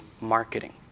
marketing